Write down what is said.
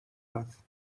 path